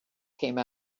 came